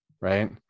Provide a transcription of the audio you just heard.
right